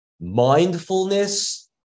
Mindfulness